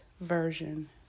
version